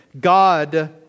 God